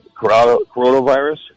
coronavirus